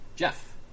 Jeff